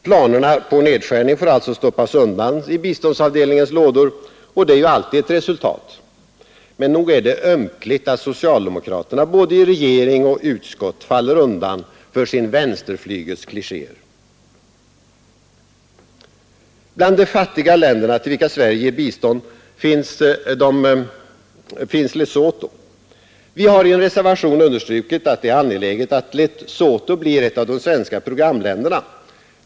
Planerna på nedskärning får alltså stoppas undan i biståndsavdelningens lådor, och det är ju alltid ett resultat. Men nog är det ömkligt att socialdemokraterna både i regeringen och i utskottet faller undan för sin vänsterflygels klichéer. Bland de fattiga länder till vilka Sverige ger bistånd finns Lesotho. Vi har i en reservation understrukit att det är angeläget att Lesotho blir ett av de svenska programländerna.